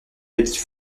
petit